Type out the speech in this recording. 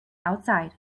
outside